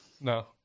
no